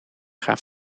gaan